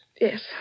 Yes